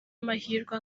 amahirwe